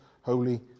holy